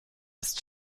ist